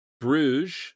Bruges